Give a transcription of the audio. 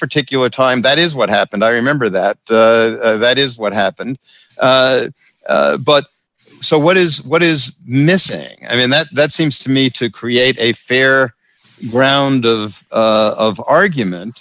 particular time that is what happened i remember that that is what happened but so what is what is missing i mean that that seems to me to create a fair ground of of argument